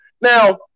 now